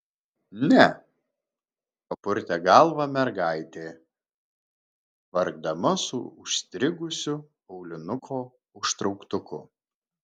ne papurtė galvą mergaitė vargdama su užstrigusiu aulinuko užtrauktuku